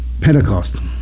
Pentecost